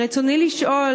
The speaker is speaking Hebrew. רצוני לשאול: